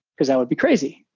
because that would be crazy.